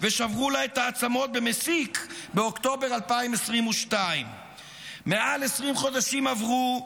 ושברו לה את העצמות במסיק באוקטובר 2022. מעל 20 חודשים עברו,